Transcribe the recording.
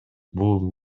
бул